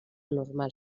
normal